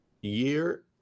year